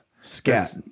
scat